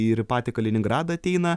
ir į patį kaliningradą ateina